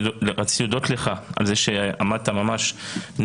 רציתי להודות לך על זה שעמדת על כל נקודה,